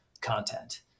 content